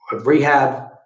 rehab